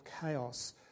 chaos